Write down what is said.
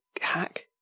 hack